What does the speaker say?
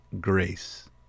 grace